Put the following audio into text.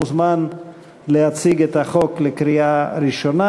מוזמן להציג את החוק לקריאה הראשונה,